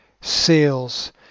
Sales